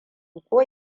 ko